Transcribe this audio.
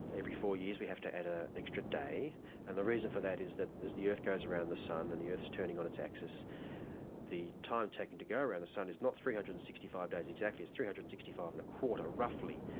every four years we have to add an ah extra day and the reason for that is that as the earth goes around the sun and the earth's turning on its axis the time taken to go around the sun is not three hundred and sixty five days exactly, it's three hundred and sixty five and a quarter roughly.